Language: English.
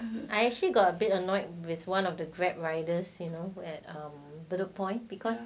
I actually got a bit annoyed with one of the grab riders you know who at bedok point because